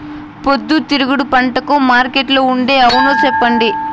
పొద్దుతిరుగుడు పంటకు మార్కెట్లో ఉండే అవును చెప్పండి?